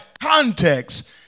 context